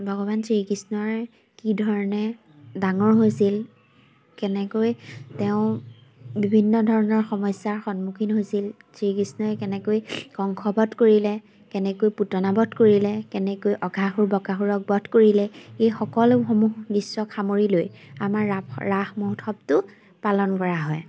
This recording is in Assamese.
ভগৱান শ্ৰীকৃষ্ণই কি ধৰণে ডাঙৰ হৈছিল কেনেকৈ তেওঁ বিভিন্ন ধৰণৰ সমস্যাৰ সন্মুখীন হৈছিল শ্ৰীকৃষ্ণই কেনেকৈ কংশ বধ কৰিলে কেনেকৈ পুতনা বধ কৰিলে কেনেকৈ অকাসুৰ বকাসুৰক বধ কৰিলে এই সকলোসমূহ দৃশ্যক সামৰি লৈ আমাৰ ৰাস মহোৎসৱটো পালন কৰা হয়